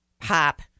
pop